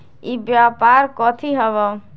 ई व्यापार कथी हव?